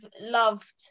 loved